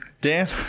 Dan